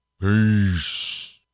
Peace